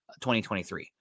2023